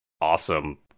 awesome